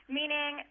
meaning